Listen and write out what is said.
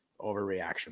Overreaction